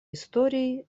историей